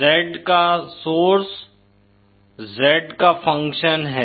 Z का source z का function है